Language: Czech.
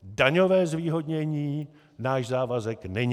Daňové zvýhodnění náš závazek není.